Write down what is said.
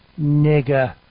nigger